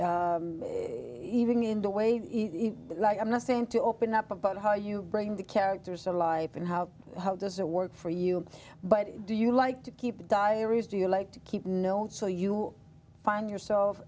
way like i'm not saying to open up about how you bring the characters to life and how how does it work for you but do you like to keep diaries do you like to keep notes so you find yourself